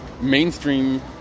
mainstream